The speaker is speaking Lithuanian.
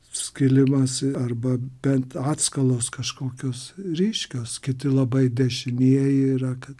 skilimas arba bent atskalos kažkokios ryškios kiti labai dešinieji yra kad